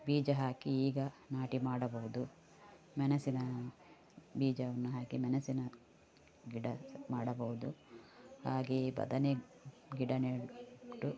ಬೀಜ ಹಾಕಿ ಈಗ ನಾಟಿ ಮಾಡಬಹುದು ಮೆಣಸಿನ ಬೀಜವನ್ನು ಹಾಕಿ ಮೆಣಸಿನ ಗಿಡ ಮಾಡಬಹುದು ಹಾಗೆಯೆ ಬದನೆ ಗಿಡ ನೆಟ್ಟು